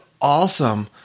Awesome